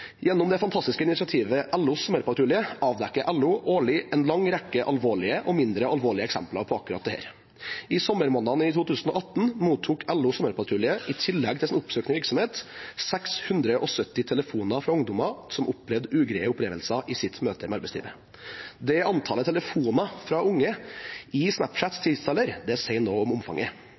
Gjennom det fantastiske initiativet LOs sommerpatrulje avdekker LO årlig en lang rekke alvorlige og mindre alvorlige eksempler på akkurat dette. I tillegg til sin oppsøkende virksomhet mottok LOs sommerpatrulje i sommermånedene 2018 670 telefoner fra ungdommer som hadde ugreie opplevelser i sitt møte med arbeidslivet. Antallet telefoner fra unge i Snapchat sier noe om omfanget.